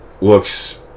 looks